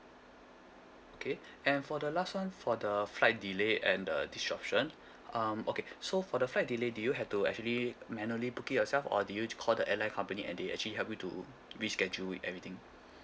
okay and for the last one for the flight delay and uh disruption um okay so for the flight delay did you had to actually manually booked it yourself or did you just call the airline company and they actually help you to reschedule with everything